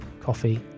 coffee